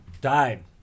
died